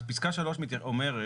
פיסקה 3 אומרת,